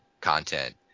content